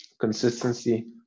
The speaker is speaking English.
consistency